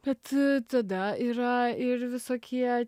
bet tada yra ir visokie